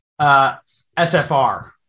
SFR